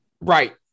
right